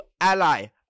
ally